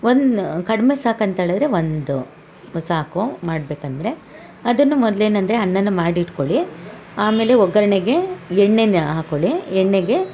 one ಕಡ್ಮೆ ಸಾಕಂತ್ಹೇಳಿದರೆ ಒಂದು ಸಾಕು ಮಾಡ್ಬೇಕಂದರೆ ಅದನ್ನ ಮೊದ್ಲು ಏನಂದರೆ ಅನ್ನನ ಮಾಡಿ ಇಟ್ಕೊಳಿ ಆಮೇಲೆ ಒಗ್ಗರ್ಣೆಗೆ ಎಣ್ಣೆನ ಹಾಕೊಳಿ ಎಣ್ಣೆಗೆ